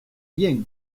bien